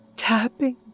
tapping